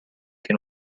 che